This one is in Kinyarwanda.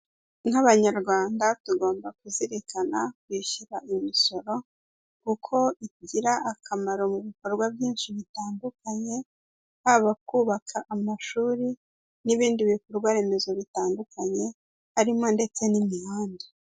Nk'abanyarwanda tugomba kuzirikana kwishyura imisoro, kuko igira akamaro mu bikorwa byinshi bitandukanye, haba kubaka amashuri n'ibindi bikorwa remezo bitandukanye, harimo ndetse n'imihanda.